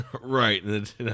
Right